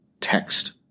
text